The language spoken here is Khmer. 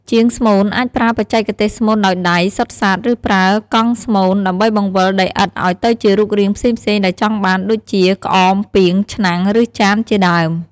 ជាងស្មូនអាចប្រើ បច្ចេកទេសស្មូនដោយដៃ សុទ្ធសាធ ឬប្រើ កង់ស្មូន ដើម្បីបង្វិលដីឥដ្ឋឲ្យទៅជារូបរាងផ្សេងៗដែលចង់បាន ដូចជា ក្អម ពាង ឆ្នាំង ឬចាន ជាដើម។